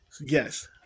Yes